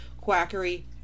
quackery